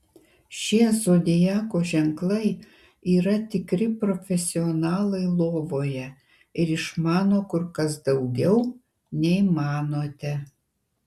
šie zodiako ženklai yra tikri profesionalai lovoje ir išmano kur kas daugiau nei manote